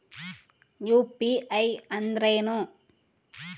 UPI ಅಂದ್ರೇನು?